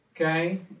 okay